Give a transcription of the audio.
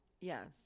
Yes